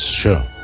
sure